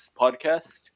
podcast